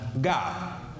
God